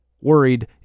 worried